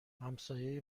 همسایه